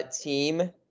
team